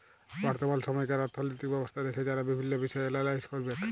বর্তমাল সময়কার অথ্থলৈতিক ব্যবস্থা দ্যাখে যারা বিভিল্ল্য বিষয় এলালাইস ক্যরবেক